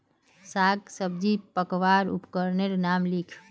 साग सब्जी मपवार उपकरनेर नाम लिख?